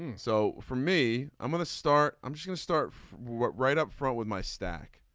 so for me i'm going to start i'm just gonna start off what right up front with my stack.